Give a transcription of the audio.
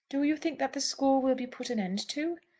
do you think that the school will be put an end to?